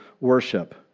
worship